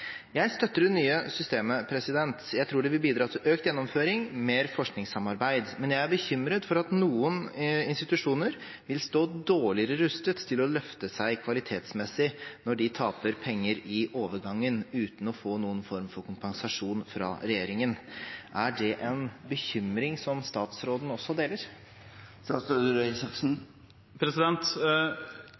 Jeg støtter det nye systemet. Jeg tror det vil bidra til økt gjennomføring og mer forskningssamarbeid. Men jeg er bekymret for at noen institusjoner vil stå dårligere rustet til å løfte seg kvalitetsmessig når de taper penger i overgangen uten å få noen form for kompensasjon fra regjeringen. Er det en bekymring som statsråden også deler?